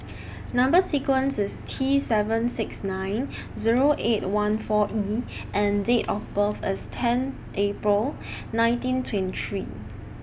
Number sequence IS T seven six nine Zero eight one four E and Date of birth IS ten April nineteen twenty three